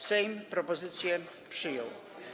Sejm propozycję przyjął.